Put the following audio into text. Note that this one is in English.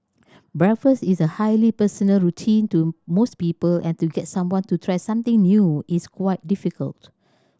breakfast is a highly personal routine to most people and to get someone to try something new is quite difficult